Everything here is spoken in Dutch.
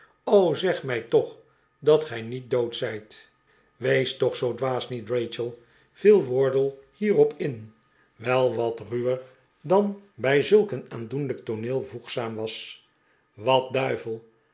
zeg mij toch dat gij niet dood zijt wees toch zoo dwaas niet rachel viel wardle hierop in wel wat ruwer dan bij zulk een aandoenlijk tooneel voegzaam was wat duivel